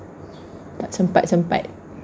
tak sempat-sempat